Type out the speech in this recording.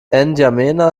n’djamena